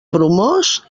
bromós